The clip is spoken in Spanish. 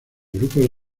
grupos